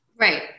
Right